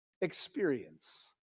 experience